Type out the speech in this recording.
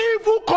Evil